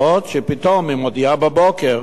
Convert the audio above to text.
מה עוד שפתאום היא מודיעה בבוקר